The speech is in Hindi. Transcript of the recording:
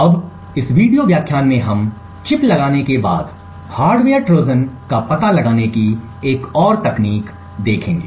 अब इस वीडियो व्याख्यान में हम चिप लगाने के बाद हार्डवेयर ट्रोजन का पता लगाने की एक और तकनीक देखेंगे